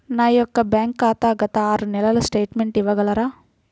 నా యొక్క బ్యాంక్ ఖాతా గత ఆరు నెలల స్టేట్మెంట్ ఇవ్వగలరా?